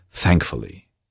thankfully